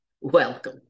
welcome